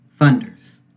Funders